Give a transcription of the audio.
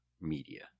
media